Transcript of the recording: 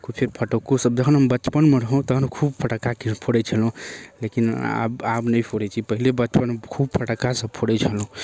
खुद फेर फटक्को सब जहन बचपनमे रहौं तऽ खूब फटक्का कए फोड़ै छलहुॅं लेकिन आब आब नहि फोड़ै छी पहिले बचपनमे खूब फटक्का सब फोड़ै छलहुॅं